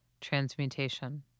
Transmutation